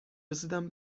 رسیدم